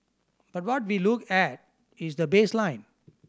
but what we look at is the baseline